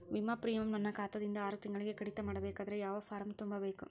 ವಿಮಾ ಪ್ರೀಮಿಯಂ ನನ್ನ ಖಾತಾ ದಿಂದ ಆರು ತಿಂಗಳಗೆ ಕಡಿತ ಮಾಡಬೇಕಾದರೆ ಯಾವ ಫಾರಂ ತುಂಬಬೇಕು?